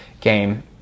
game